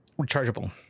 rechargeable